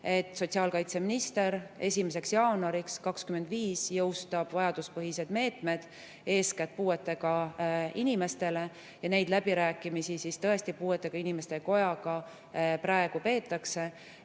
et sotsiaalkaitseminister 1. jaanuariks 2025 jõustab vajaduspõhised meetmed eeskätt puuetega inimestele. Neid läbirääkimisi tõesti puuetega inimeste kojaga praegu peetakse.